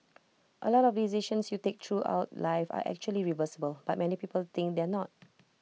A lot of decisions you take throughout life are actually reversible but many people think they're not